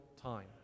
time